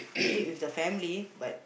eat with the family but